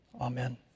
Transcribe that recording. Amen